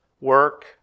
work